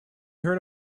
heard